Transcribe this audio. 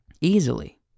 easily